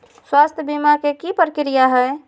स्वास्थ बीमा के की प्रक्रिया है?